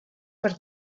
per